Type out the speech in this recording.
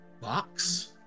Box